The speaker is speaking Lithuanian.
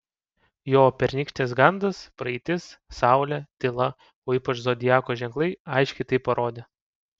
jo pernykštės gandas praeitis saulė tyla o ypač zodiako ženklai aiškiai tai parodė